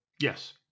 Yes